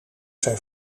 zijn